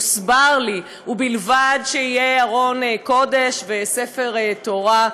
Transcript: הוסבר לי: ובלבד שיהיה ארון קודש וספר תורה.